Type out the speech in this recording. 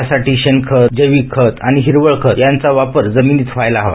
त्यासाठी शेणखत जैविक खत आणि हिरवळ खत याचा वापर जमिनीत व्हायला हवा